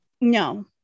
No